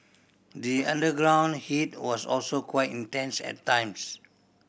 the underground heat was also quite intense at times